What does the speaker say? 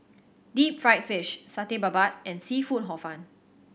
deep fried fish Satay Babat and seafood Hor Fun